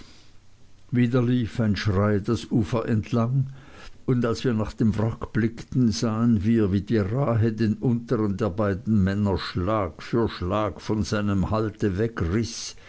wieder lief ein schrei das ufer entlang und als wir nach dem wrack blickten sahen wir wie die rahe den untern der beiden männer schlag für schlag von seinem halte